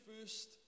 first